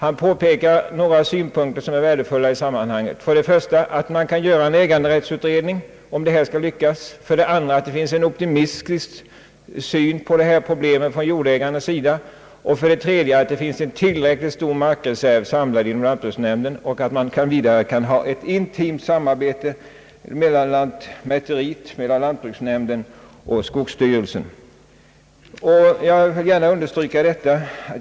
Han framför några synpunkter som jag tycker är värdefulla i detta sammanhang, bl.a. att man från början måste göra en äganderättsutredning, om verksamheten skall lyckas; att man bland jordbruksägarna har en optimistisk syn på frågan; att det finns en tillräckligt stor markreserv samlad inom lantbruksnämnden samt att man kan etablera ett intimt samarbete mellan lantmäteri, lantbruksnämnd och - skogsvårdsstyrelse. Jag vill gärna understryka detta.